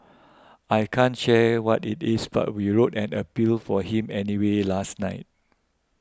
I can't share what it is but we wrote an appeal for him anyway last night